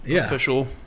official